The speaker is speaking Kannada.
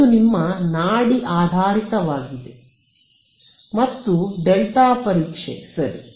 ಅದು ನಿಮ್ಮ ನಾಡಿ ಆಧಾರಿತವಾಗಿದೆ ಮತ್ತು ಡೆಲ್ಟಾ ಪರೀಕ್ಷೆ ಸರಿ